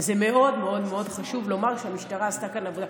זה מאוד מאוד חשוב לומר שהמשטרה עשתה כאן עבודה.